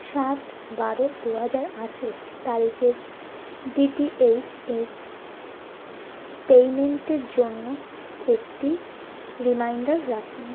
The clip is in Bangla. সাত বারো দু হাজার আঠেরো তারিখের ডিটিএইচ এর পেইমেন্টের জন্য একটি রিমাইন্ডার রাখুন